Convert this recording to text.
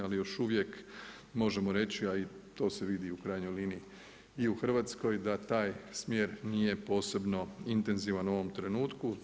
Ali još uvijek možemo reći a i to se vidi u krajnjoj liniji i u Hrvatskoj da taj smjer nije posebno intenzivan u ovom trenutku.